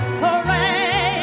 hooray